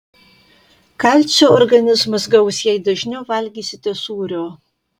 kalcio organizmas gaus jei dažniau valgysite sūrio